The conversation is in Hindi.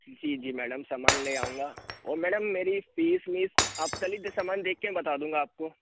जी जी मैडम सामान ले आऊंगा और मैडम मेरी फीस वीस अब कल ही सामान देख कर मैं बता दूंगा आपको